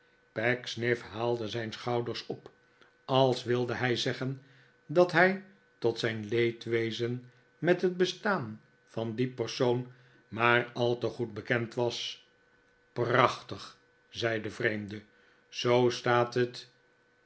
pecksniff haalde zijn schouders op als wilde hij zeggen dat hij tot zijn leedwezen met het bestaan van dien persoon maar al te goed bekend was prachtig zei de vreemde zoo staat het